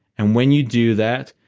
and when you do that,